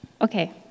Okay